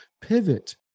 pivot